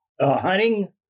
Hunting